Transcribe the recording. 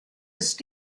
ist